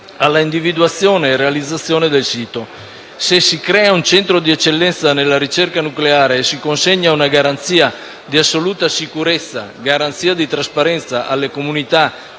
all'individuazione e realizzazione del sito. Se si crea un centro di eccellenza nella ricerca nucleare e si consegna una garanzia di assoluta sicurezza e di trasparenza alle comunità